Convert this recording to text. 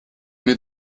mir